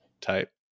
type